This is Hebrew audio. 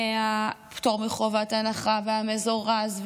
מהפטור מחובת ההנחה והמזורז.